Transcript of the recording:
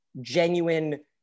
genuine